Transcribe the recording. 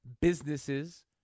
businesses